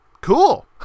cool